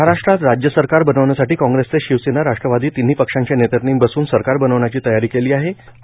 महाराष्ट्रात राज्य सरकार बनवण्यासाठी कॉंग्रेसचे शिवसेना राष्ट्रवादी तिन्ही पक्षांचे नेत्यांनी बसून सरकार बनवण्याची तयारी केली होती